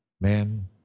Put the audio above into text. man